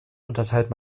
unterteilt